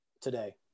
today